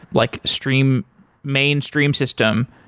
like mainstream mainstream system,